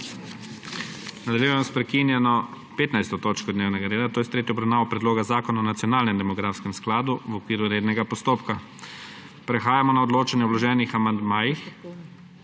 Nadaljujemo sprekinjeno 15. točko dnevnega reda, to je s tretjo obravnavo Predloga zakona o nacionalnem demografskem skladu v okviru rednega postopka. Prehajamo na odločanje o vloženih amandmajih,